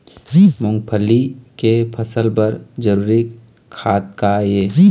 मूंगफली के फसल बर जरूरी खाद का ये?